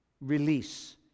release